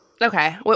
Okay